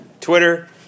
Twitter